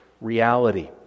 reality